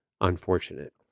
unfortunate